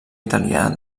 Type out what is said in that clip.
italià